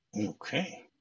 Okay